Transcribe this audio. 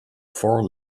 four